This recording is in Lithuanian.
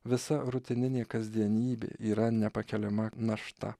visa rutininė kasdienybė yra nepakeliama našta